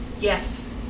yes